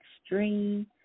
extreme